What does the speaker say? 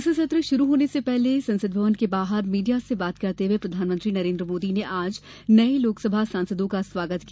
संसद सत्र शुरू होने से पहले संसद भवन के बाहर मीडिया से बात करते हुए प्रधानमंत्री नरेंद्र मोदी ने आज नये लोकसभा सांसदों का स्वागत किया